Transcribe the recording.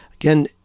Again